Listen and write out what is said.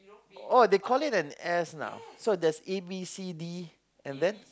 oh they call it an S now so there's A B C D and then